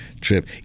trip